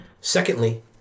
Secondly